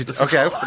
Okay